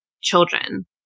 children